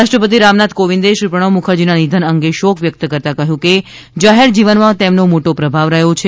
રાષ્ટ્રપતિ રામનાથ કોવિંદે શ્રી પ્રણવ મુખરજીના નિધન અંગે શોક વ્યક્ત કરતાં કહ્યું કે જાહેર જીવનમાં તેમનો મોટો પ્રભાવ રહ્યો છે